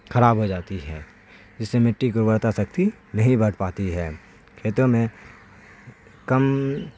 خراب ہو جاتی ہے جس سے مٹی کی ارورتا شکتی نہیں بڑھ پاتی ہے کھیتوں میں کم